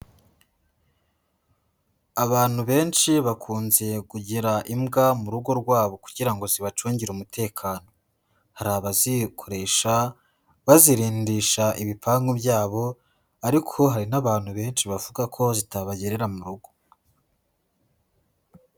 Abantu benshi bakunze kugira imbwa mu rugo rwabo kugira ngo zibacungire umutekano, hari abazikoresha bazirindisha ibipangu byabo, ariko hari n'abantu benshi bavuga ko zitabagerera mu rugo.